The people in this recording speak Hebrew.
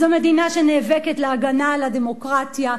זו מדינה שנאבקת להגנה על הדמוקרטיה,